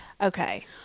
Okay